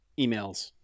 emails